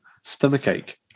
Stomachache